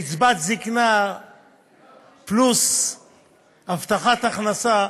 קצבת זיקנה פלוס הבטחת הכנסה,